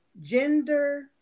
gender